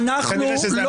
כנראה שזו המטרה.